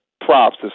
props